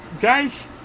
guys